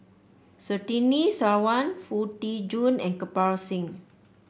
Surtini Sarwan Foo Tee Jun and Kirpal Singh